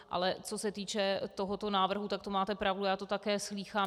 Ale co se týče tohoto návrhu, to máte pravdu, já to také slýchám.